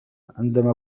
عندما